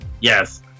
Yes